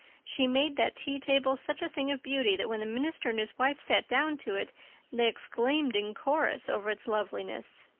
she made that tea table such a thing of beauty that when the minister and his wife sat down to it they exclaimed in chorus over it loveliness.